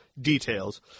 details